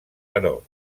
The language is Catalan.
però